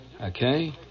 Okay